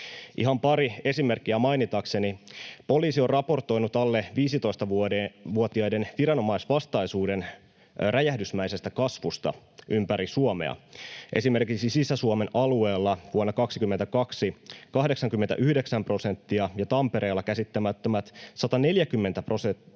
Ihan pari esimerkkiä mainitakseni: Poliisi on raportoinut alle 15-vuotiaiden viranomaisvastaisuuden räjähdysmäisestä kasvusta ympäri Suomea. Esimerkiksi Sisä-Suomen alueella vuonna 22 oli 89 prosenttia ja Tampereella käsittämättömät 140 prosenttia